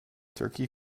turkey